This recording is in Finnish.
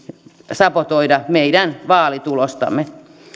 sabotoida meidän vaalitulostamme